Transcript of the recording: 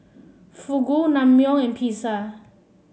Fugu Naengmyeon and Pizza